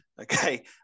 okay